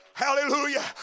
hallelujah